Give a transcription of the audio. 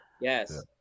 Yes